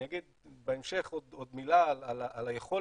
אני אגיד בהמשך עוד מילה על היכולת